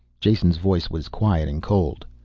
jason's voice was quiet and cold.